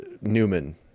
Newman